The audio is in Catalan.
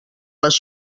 les